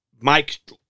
Mike